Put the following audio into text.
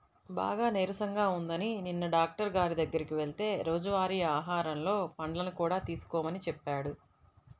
బాగా నీరసంగా ఉందని నిన్న డాక్టరు గారి దగ్గరికి వెళ్తే రోజువారీ ఆహారంలో పండ్లను కూడా తీసుకోమని చెప్పాడు